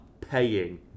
paying